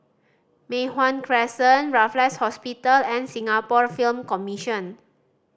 Mei Hwan Crescent Raffles Hospital and Singapore Film Commission